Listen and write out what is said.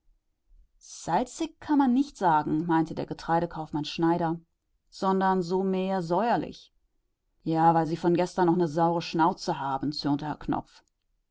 salzig kann man nicht sagen meinte der getreidekaufmann schneider sondern so mehr säuerlich ja weil sie von gestern noch ne saure schnauze haben zürnte herr knopf